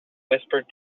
whispered